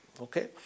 Okay